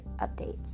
updates